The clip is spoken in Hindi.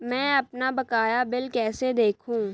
मैं अपना बकाया बिल कैसे देखूं?